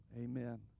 Amen